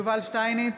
יובל שטייניץ,